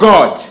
God